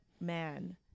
man